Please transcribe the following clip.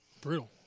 brutal